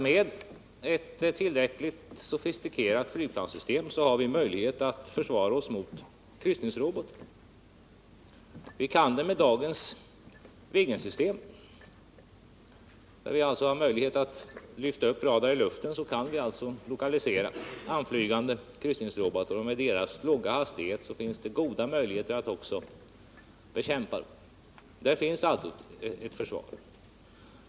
Med ett tillräckligt sofistikerat flygplanssystem har vi möjlighet att försvara oss mot kryssningsrobotar. Vi kan göra det med dagens Viggensystem. Vi har i det systemet möjlighet att lyfta upp radar i luften och därigenom lokalisera anflygande kryssningsrobotar. Och tack vare dessa robotars låga hastighet finns det goda möjligheter att också bekämpa dem. Det finns alltså ett försvar.